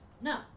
No